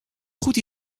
goed